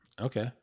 Okay